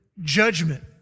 judgment